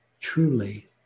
truly